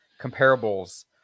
comparables